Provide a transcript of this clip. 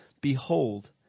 Behold